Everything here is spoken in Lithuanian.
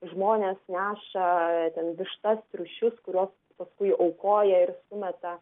žmonės neša ten vištas triušius kuriuos paskui aukoja ir sumeta